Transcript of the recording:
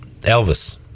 Elvis